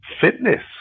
fitness